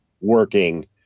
working